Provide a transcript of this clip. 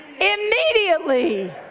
Immediately